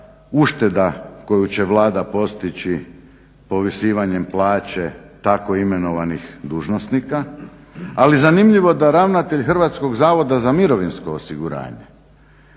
ušteda koju će Vlada postići povisivanjem plaće tako imenovanih dužnosnika. Ali zanimljivo da ravnatelj HZMO koji je imao isti koeficijent